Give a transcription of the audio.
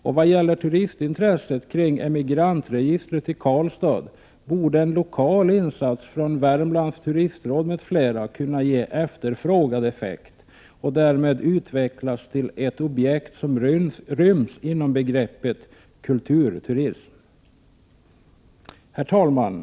När det gäller turistintresset kring Emigrantregistret i Karlstad borde en lokal insats från Värmlands turistråd m.fl. kunna ge efterfrågad effekt och registret därmed utvecklas till ett objekt som ryms inom begreppet kulturturism. Herr talman!